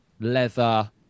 leather